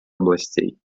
областей